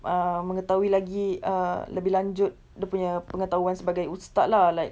err mengetahui lagi uh lebih lanjut dia punya pengetahuan sebagai ustad lah like